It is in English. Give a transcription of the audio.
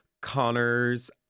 Connors